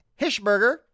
Hishberger